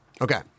Okay